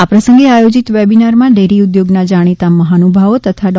આ પ્રસંગે આયોજિત વેબીનારમાં ડેરી ઉદ્યોગના જાણીતા મહાનુભવો તથા ડો